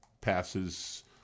passes